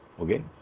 Okay